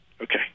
okay